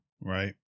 Right